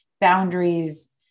boundaries